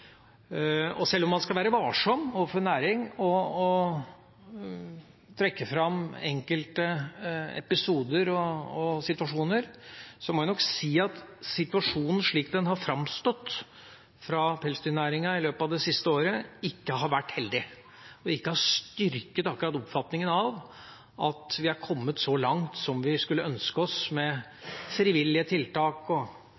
om man skal være varsom med å trekke fram enkelte episoder og situasjoner når det er snakk om en hel næring, må jeg si at situasjonen, slik den har framstått fra pelsdyrnæringa i løpet av det siste året, ikke har vært heldig og ikke akkurat har styrket oppfatninga av at vi er kommet så langt som vi skulle ønske oss med frivillige tiltak og